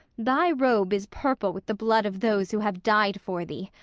thy robe is purple with the blood of those who have died for thee!